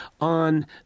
on